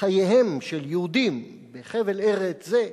חייהם של יהודים בחבל ארץ זה,